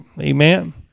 amen